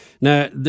Now